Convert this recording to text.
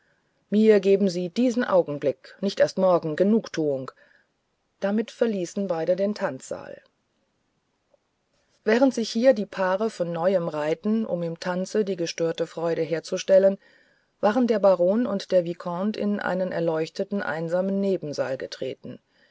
mir geben sie diesen augenblick nicht erst morgen genugtuug damit verließen beide den tanzsaal während sich hier die paare von neuem reihten um im tanze die gestörte freude herzustellen waren der baron und der vicomte in einen erleuchteten einsamen nebensaal getreten